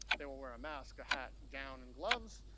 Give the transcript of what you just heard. they will wear a mask, hat, gown, and gloves.